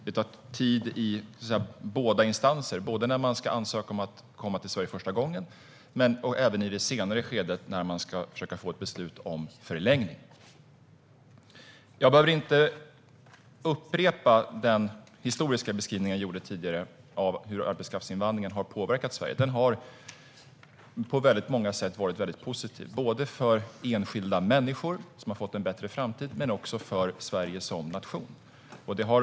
Det tar tid i båda instanserna - både när man ska ansöka om att komma till Sverige första gången och även i det senare skedet, när man ska försöka få ett beslut om förlängning. Jag behöver inte upprepa den historiska beskrivning jag tidigare gjorde av hur arbetskraftsinvandringen har påverkat Sverige. Den har på många sätt varit väldigt positiv, både för enskilda människor som har fått en bättre framtid och för Sverige som nation.